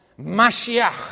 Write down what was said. Mashiach